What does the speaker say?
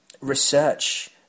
research